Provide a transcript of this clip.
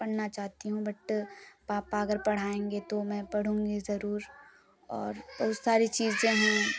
पढ़ना चाहती हूँ बट पापा अगर पढ़ाएंगे तो मैं पढ़ूँगी जरूर और बहुत सारी चीजे हैं